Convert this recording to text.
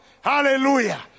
Hallelujah